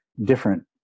different